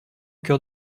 cœur